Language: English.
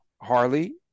Harley